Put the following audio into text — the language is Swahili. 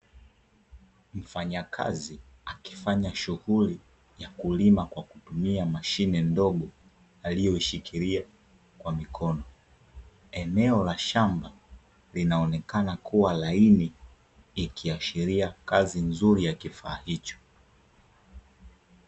Mfanyakazi akifanya shughuli ya kulima kwakutumia mashine ndogo, aliyoishikilia kwa mikono, eneo la shamba linaonekana kuwa laini, ikiashiria kazi nzuri ya kifaa hicho.